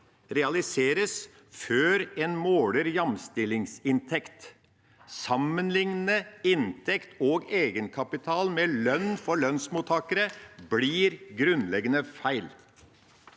realiseres før en måler jamstillingsinntekt – å sammenligne inntekt og egenkapital med lønn for lønnsmottakere blir grunnleggende feil.